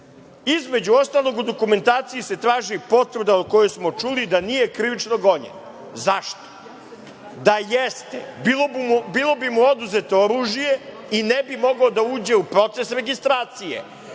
proces. Između ostalog, u dokumentaciji se traži potvrda da nije krivično gonjen. Zašto? Da jeste, bilo bi mu oduzeto oružje i ne bi mogao da uđe u proces registracije,